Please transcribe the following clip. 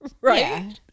Right